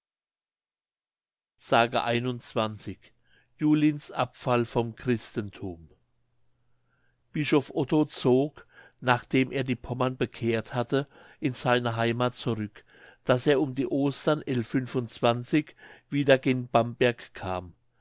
s julins abfall vom christenthum bischof otto zog nachdem er die pommern bekehrt hatte in seine heimath zurück daß er um die ostern wieder gen bamberg kam